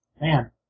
Man